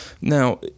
Now